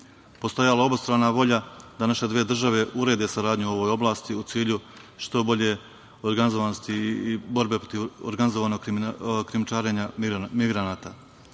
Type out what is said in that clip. je obostrana volja da naše dve države urede saradnju u ovoj oblasti u cilju što bolje organizovanosti i borbe protiv organizovanog krijumčarenja migranata. Donošenjem